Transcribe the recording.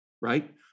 right